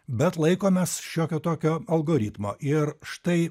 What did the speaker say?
bet laikomės šiokio tokio algoritmo ir štai